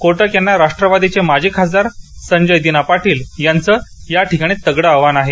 कोटक यांना राष्ट्वादीचे माजी खासदार संजय दिना पाटील यांचे याठिकाणी तगडे आव्हान आहे